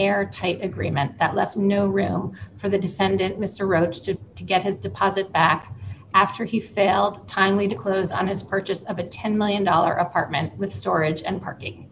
airtight agreement that left no room for the defendant mr roach to to get his deposit back after he failed timely to close on his purchase of a ten million dollars apartment with storage and parking